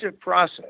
process